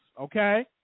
okay